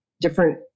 different